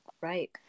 Right